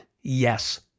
yes